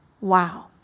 wow